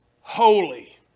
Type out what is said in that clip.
holy